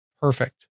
Perfect